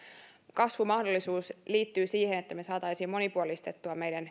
kasvumahdollisuus liittyy siihen että me saisimme monipuolistettua meidän